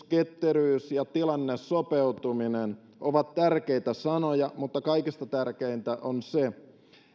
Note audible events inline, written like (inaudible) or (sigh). (unintelligible) ketteryys ja tilannesopeutuminen ovat tärkeitä sanoja mutta kaikista tärkeintä on se